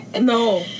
No